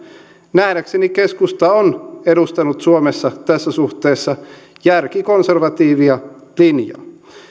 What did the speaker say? nähdäkseni keskusta on edustanut suomessa tässä suhteessa järkikonservatiivia linjaa